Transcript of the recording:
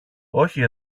όχι